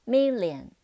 Million